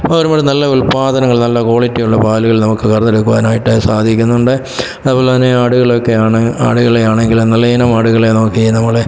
അപ്പോൾ ഒരുപാട് നല്ല ഉൽപ്പാദനങ്ങൾ നല്ല ക്വാളിറ്റി ഉള്ള പാലുകൾ നമുക്ക് കറന്നെടുക്കുവാനായിട്ട് സാധിക്കുന്നുണ്ട് അതുപോലെ തന്നെ ആടുകളൊക്കെ ആണ് ആടുകളെ ആണെങ്കിലും നല്ല ഇനം ആടുകളെ നോക്കി നമ്മൾ